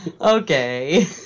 Okay